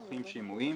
עורכים שימועים